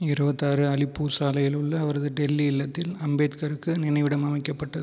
இருபத்தாறு அலிப்பூர் சாலையில் உள்ள அவரது டெல்லி இல்லத்தில் அம்பேத்கருக்கு நினைவிடம் அமைக்கப்பட்டது